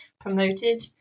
promoted